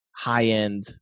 high-end –